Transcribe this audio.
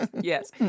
Yes